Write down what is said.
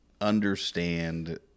understand